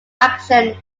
action